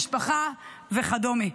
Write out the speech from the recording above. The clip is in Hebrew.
משפחה וכדומה.